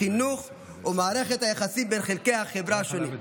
החינוך ומערכת היחסים בין חלקי החברה השונים,